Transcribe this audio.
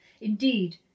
indeed